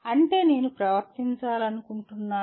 అంటే నేను ప్రవర్తించాలనుకుంటున్నాను